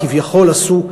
כביכול עשו,